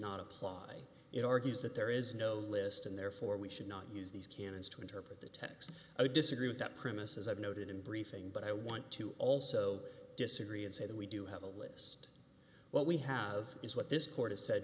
not apply it argues that there is no list and therefore we should not use these canons to interpret the text i disagree with that premise as i've noted in briefing but i want to also disagree and say that we do have a list what we have is what this court has said